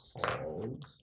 called